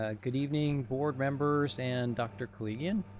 ah good evening board members and dr. koligian.